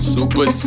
Super